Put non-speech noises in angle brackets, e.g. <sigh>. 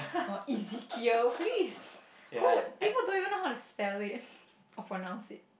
or please <laughs> who would people don't even know how to spell it <laughs> pronounce it